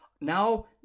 now